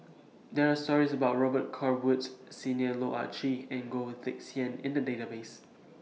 There Are stories about Robet Carr Woods Senior Loh Ah Chee and Goh Teck Sian in The Database